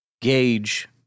gauge